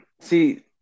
see